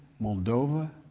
moldova.